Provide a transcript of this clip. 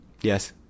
Yes